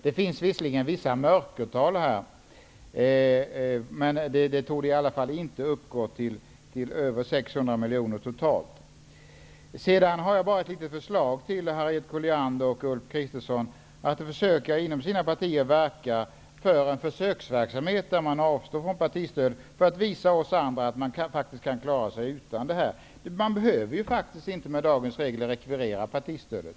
Det finns visserligen vissa mörkertal, men partistödet torde i alla fall inte uppgå till mer än 600 miljoner totalt. Sedan har jag bara ett litet förslag till Harriet Colliander och Ulf Kristersson. De skulle inom sina partier kunna verka för en försöksverksamhet, där man avstår från partistöd för att visa oss andra att det går att klara sig utan. Med dagens regler behöver man faktiskt inte rekvirera partistödet.